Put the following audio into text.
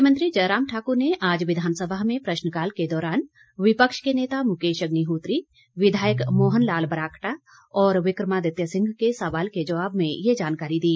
मुख्यमंत्री जयराम ठाक्र ने आज विधानसभा में प्रश्नकाल के दौरान विपक्ष के नेता मुकेश अग्निहोत्री विधायक मोहन लाल ब्राक्टा और विक्रमादित्य सिंह के सवाल के जवाब में यह जानकारी दी